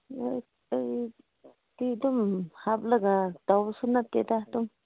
ꯑꯗꯨꯝ ꯍꯥꯞꯂꯒ ꯇꯧꯕꯁꯨ ꯅꯠꯇꯦꯗ ꯑꯗꯨꯝ